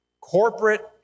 Corporate